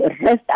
Rest